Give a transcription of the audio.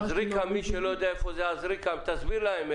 מי שלא יודע איפה זה עזריקם, תסביר להם.